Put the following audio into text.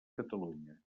catalunya